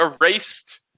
erased